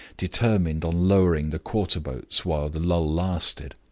determined on lowering the quarter-boats while the lull lasted.